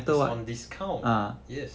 it's on discount yes